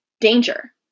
Danger